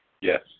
Yes